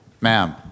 Ma'am